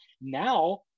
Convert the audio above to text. Now